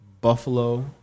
Buffalo